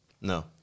No